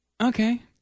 Okay